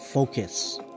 Focus